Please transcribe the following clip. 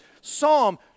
psalm